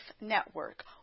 network